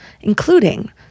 including